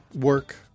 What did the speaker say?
work